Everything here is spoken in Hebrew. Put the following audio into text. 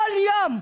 כל יום.